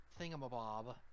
thingamabob